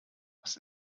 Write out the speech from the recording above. was